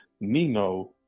Nino